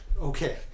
okay